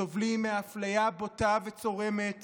סובלים מאפליה בוטה וצורמת